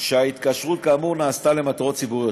שהתקשרות כאמור נעשית למטרות ציבוריות.